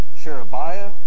Sherebiah